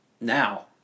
now